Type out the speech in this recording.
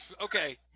Okay